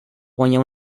guanya